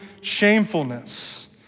shamefulness